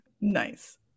Nice